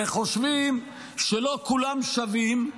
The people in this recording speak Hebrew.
וחושבים שלא כולם שווים,